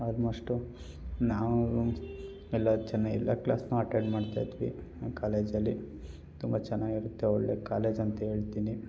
almost ನಾವು ಎಲ್ಲ ಚನ್ನಾ ಎಲ್ಲ ಕ್ಲಾಸನ್ನೂ ಅಟೆಂಡ್ ಮಾಡ್ತಾಯಿದ್ವಿ ನಮ್ಮ ಕಾಲೇಜಲ್ಲಿ ತುಂಬ ಚೆನ್ನಾಗಿರುತ್ತೆ ಒಳ್ಳೆಯ ಕಾಲೇಜ್ ಅಂತ ಹೇಳ್ತಿನಿ